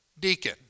deacon